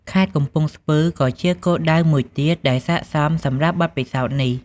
ខេត្តកំពង់ស្ពឺ ក៏ជាគោលដៅមួយទៀតដែលស័ក្តិសមសម្រាប់បទពិសោធន៍នេះ។